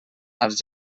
als